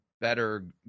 better